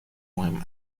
مهم